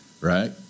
right